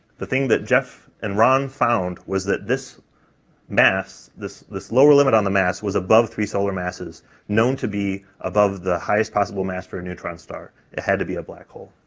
the thing that jeff and ron found was that this mass, this, this lower limit on the mass, was above three solar masses known to be above the highest possible mass for a neutron star had to be a black hole.